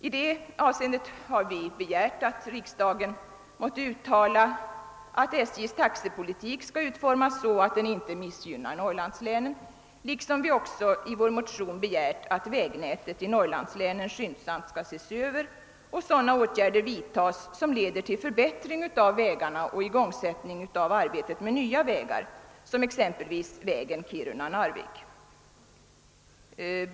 I det avseendet har vi begärt att riksdagen måtte uttala att SJ:s taxepolitik skall utformas så att den inte missgynnar Norrlandslänen liksom vi i vår motion begärt att vägnätet i Norrlandslänen skyndsamt skall ses över och åtgärder vidtas som leder till förbättring av vägarna och igångsättning av arbetet med nya vägar, exempelvis vägen Kiruna—Narvik.